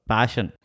Passion